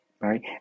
right